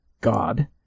God